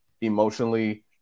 emotionally